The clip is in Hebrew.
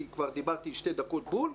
כי כבר דיברתי שתי דקות בול,